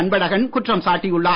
அன்பழகன் குற்றம் சாட்டியுள்ளார்